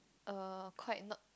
err quite not